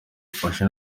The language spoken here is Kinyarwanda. ifashe